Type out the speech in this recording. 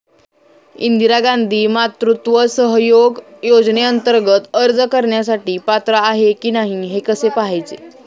इंदिरा गांधी मातृत्व सहयोग योजनेअंतर्गत अर्ज करण्यासाठी पात्र आहे की नाही हे कसे पाहायचे?